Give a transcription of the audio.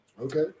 Okay